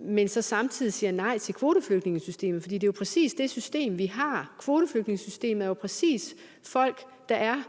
men så samtidig siger nej til kvoteflygtningesystemet. For det er jo præcis det system, vi har. Kvoteflygtningesystemet handler præcis om folk, der